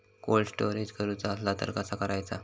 Cold storage करूचा असला तर कसा करायचा?